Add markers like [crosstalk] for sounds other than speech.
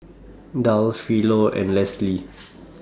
Darl Philo and Leslie [noise]